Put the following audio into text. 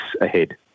ahead